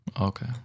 Okay